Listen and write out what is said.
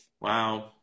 Wow